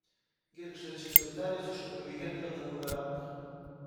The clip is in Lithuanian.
girgždančiais laipteliais užkopiau į henrio namų verandą